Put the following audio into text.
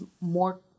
more